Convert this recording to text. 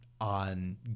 on